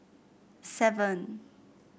seven